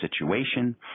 situation